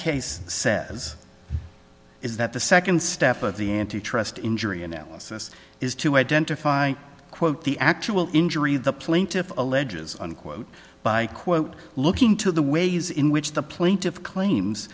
says is that the second step of the antitrust injury analysis is to identify quote the actual injury the plaintiff alleges unquote by quote looking to the ways in which the plaintiff claims